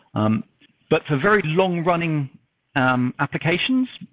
um but for very long running um applications,